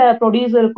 producer